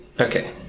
Okay